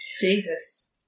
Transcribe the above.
Jesus